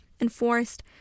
enforced